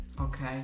Okay